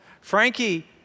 Frankie